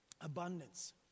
abundance